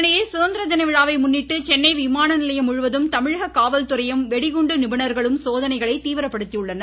இதனிடையே சுதந்திர தின விழாவை முன்னிட்டு சென்னை விமான நிலையம் முழுவதும் தமிழக காவல்துறையும் வெடி குண்டு நிபுணர்களும் சோதனைகளை தீவிரபடுத்தியுள்ளன்